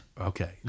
Okay